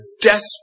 desperate